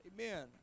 amen